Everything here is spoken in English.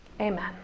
Amen